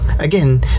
Again